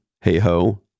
hey-ho